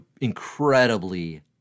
incredibly